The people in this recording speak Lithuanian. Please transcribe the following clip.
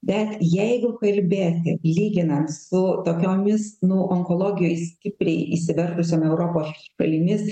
bet jeigu kalbėti lyginant su tokiomis nu onkologijoj stipriai įsiveržusiom europos šalimis